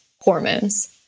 hormones